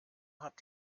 hat